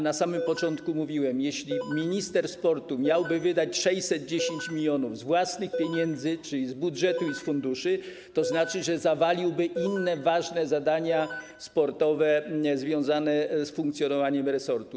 Na samym początku mówiłem, że jeśli minister sportu miałby wydać 610 mln zł z własnych pieniędzy, czyli z budżetu i z funduszy, to znaczy, że zawaliłby inne ważne zadania sportowe związane z funkcjonowaniem resortu.